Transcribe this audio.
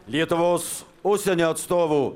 lietuvos užsienio atstovų